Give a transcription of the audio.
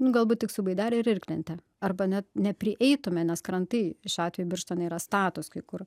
nu galbūt tik su baidare ar irklente arba net neprieitume nes krantai šiuo atveju birštone yra statūs kai kur